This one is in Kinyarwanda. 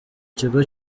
kigo